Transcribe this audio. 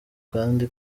kandi